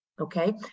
Okay